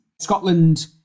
Scotland